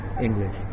English